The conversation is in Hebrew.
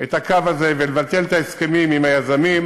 את הקו הזה ולבטל את ההסכמים עם היזמים,